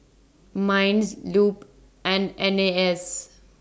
Minds Lup and N A S